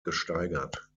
gesteigert